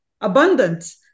abundant